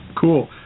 cool